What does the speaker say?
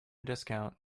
discount